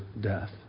death